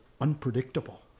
unpredictable